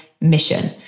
mission